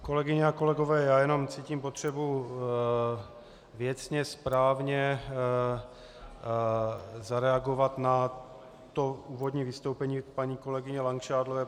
Kolegyně a kolegové, já jenom cítím potřebu věcně správně zareagovat na úvodní vystoupení paní kolegyně Langšádlové.